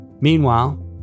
Meanwhile